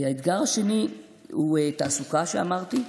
האתגר השני הוא תעסוקה, כפי שאמרתי.